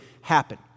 happen